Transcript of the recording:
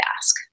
ask